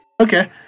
okay